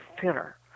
thinner